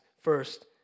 first